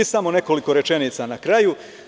Samo nekoliko rečenica na kraju.